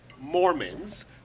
Mormons